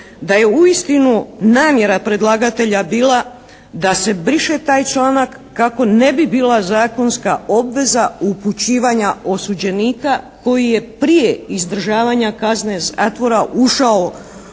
da je uistinu namjera predlagatelja bila da se briše taj članak kako ne bi bila zakonska obveza upućivanja osuđenika koji je prije izdržavanja kazne zatvora ušao